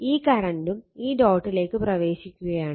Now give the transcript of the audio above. ഈ കറണ്ടും ഈ ഡോട്ടിലേക്ക് പ്രവേശിക്കുകയാണ്